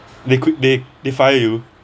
they qui~ they they fire you